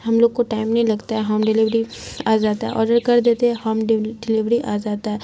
ہم لوگ کو ٹائم نہیں لگتا ہے ہوم ڈلیوری آ جاتا ہے آڈر کر دیتے ہیں ہوم ڈلیوری آ جاتا ہے